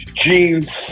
jeans